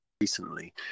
recently